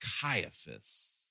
Caiaphas